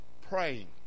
praying